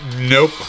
Nope